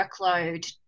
workload